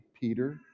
Peter